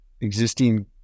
existing